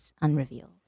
unrevealed